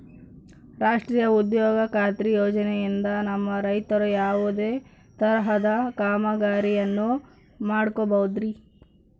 ರಾಷ್ಟ್ರೇಯ ಉದ್ಯೋಗ ಖಾತ್ರಿ ಯೋಜನೆಯಿಂದ ನಮ್ಮ ರೈತರು ಯಾವುದೇ ತರಹದ ಕಾಮಗಾರಿಯನ್ನು ಮಾಡ್ಕೋಬಹುದ್ರಿ?